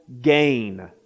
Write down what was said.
gain